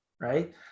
right